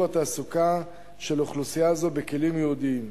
התעסוקה של אוכלוסייה זו בכלים ייעודיים.